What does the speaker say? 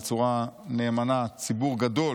בצורה נאמנה ציבור גדול